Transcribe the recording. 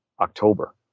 October